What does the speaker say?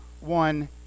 one